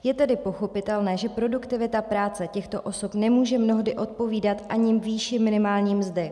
Je tedy pochopitelné, že produktivita práce těchto osob nemůže mnohdy odpovídat ani výši minimální mzdy.